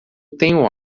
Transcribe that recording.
tenho